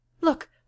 look